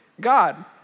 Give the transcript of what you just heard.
God